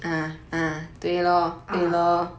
ah